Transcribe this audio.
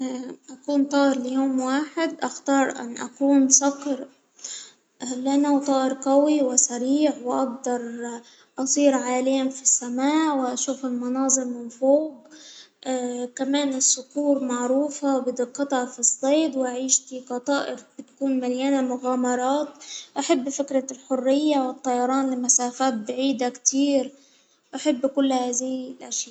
أكون طائر ليوم واحد أختار أن أكون صقر لأنه طائر قوي وسريع وأقدر أسير عاليا في السماء وأشوف المناظر من فوق كمان النسور معروفة بدقتها في الصيد وعيشتي كطائر تكون مليانة مغامرات أحب فكرة الحرية والطيران لمسافات بعيدة كتير، أحب كل هذه الأشياء.